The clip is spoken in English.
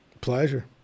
pleasure